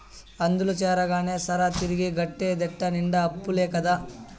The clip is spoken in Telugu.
అందుల చేరగానే సరా, తిరిగి గట్టేటెట్ట నిండా అప్పులే కదా